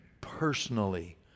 personally